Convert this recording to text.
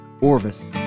Orvis